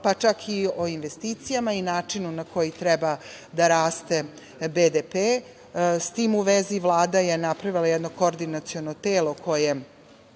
pa čak i o investicijama i načinu na koji treba da raste BDP. S tim u vezi Vlada je napravila jedno Koordinaciono telo koje